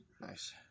Nice